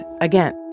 again